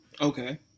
Okay